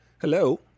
Hello